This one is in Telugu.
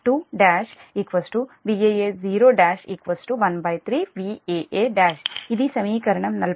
Vaa11 Vaa12 Vaa10 13 Vaa1 ఇది సమీకరణం 41